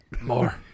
more